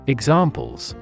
Examples